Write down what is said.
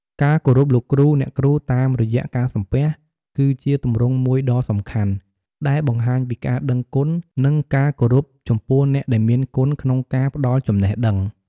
ការគោរពលោកគ្រូ អ្នកគ្រូតាមរយៈ ការសំពះ គឺជាទម្រង់មួយដ៏សំខាន់ ដែលបង្ហាញពីការដឹងគុណ និងការគោរពចំពោះអ្នកដែលមានគុណក្នុងការផ្ដល់ចំណេះដឹង។